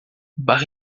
but